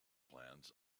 plans